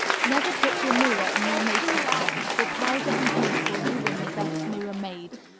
never put your mirror in your makeup box, for powder and grease will ruin the best mirror made.